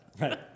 right